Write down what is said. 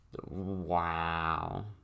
wow